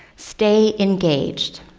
stay engaged.